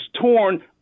torn